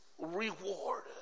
reward